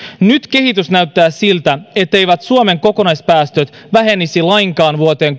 nyt kehitys näyttää siltä etteivät suomen kokonaispäästöt vähenisi lainkaan vuoteen